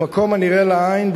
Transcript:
במקום הנראה לעין,